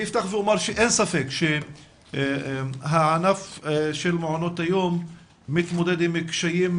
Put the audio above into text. אין ספק שהענף של מעונות היום מתמודד עם קשיים,